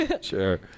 Sure